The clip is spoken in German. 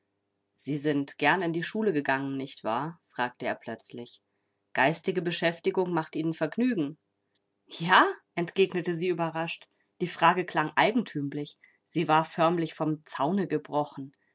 sie sind gern in die schule gegangen nicht wahr fragte er plötzlich geistige beschäftigung macht ihnen vergnügen ja entgegnete sie überrascht die frage klang eigentümlich sie war förmlich vom zaune gebrochen